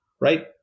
right